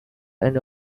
and